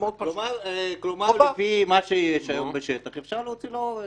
כלומר, לפי מה שיש היום בשטח, אפשר להוציא להורג.